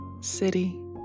City